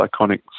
iconic